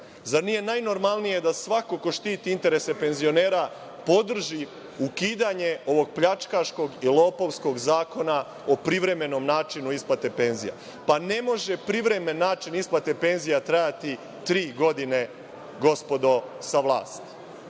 Zar nije najnormalnije da svako ko štiti interese penzionera podrži ukidanje ovog pljačkaškog i lopovskog zakona o privremenom načinu isplate penzija? Ne može privremen način isplate penzija trajati tri godine, gospodo sa vlasti.